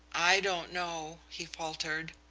i don't know, he faltered.